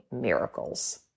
miracles